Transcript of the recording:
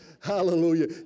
Hallelujah